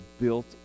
built